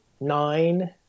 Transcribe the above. nine